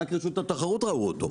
רק רשות התחרות ראו אותו,